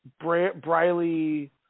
Briley